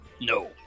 No